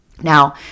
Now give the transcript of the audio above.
Now